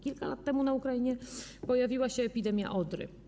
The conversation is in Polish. Kilka lat temu na Ukrainie pojawiła się epidemia odry.